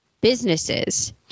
businesses